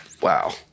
Wow